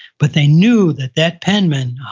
but they knew that that penman,